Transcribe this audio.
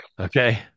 Okay